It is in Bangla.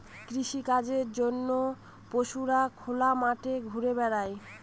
কৃষিকাজের জন্য পশুরা খোলা মাঠে ঘুরা বেড়ায়